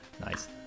nice